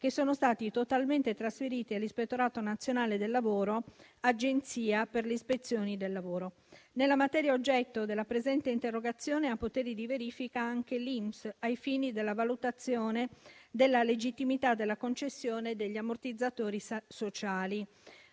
che sono stati totalmente trasferiti all'Ispettorato nazionale del lavoro-Agenzia per le ispezioni del lavoro. Nella materia oggetto della presente interrogazione ha poteri di verifica anche l'INPS ai fini della valutazione della legittimità della concessione degli ammortizzatori sociali.